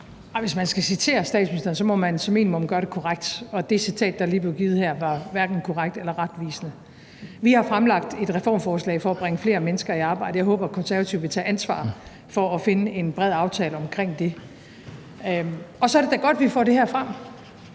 Hvis man skal citere statsministeren, må man som minimum gøre det korrekt. Og det citat, som lige er blevet givet her, var hverken korrekt eller retvisende. Vi har fremlagt et reformforslag for at bringe flere mennesker i arbejde. Jeg håber, at Konservative vil tage ansvar for at finde en bred aftale om det. Og så er det da godt, at vi får det her frem.